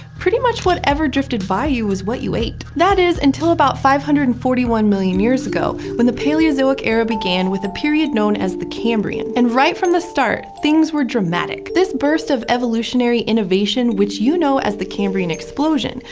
pretty much whatever drifted by you was what you ate. that is, until about five hundred and forty one million years ago, when the paleozoic era began with a period known as the cambrian. and right from the start, things were dramatic. this burst of evolutionary innovation, which you know as the cambrian explosion,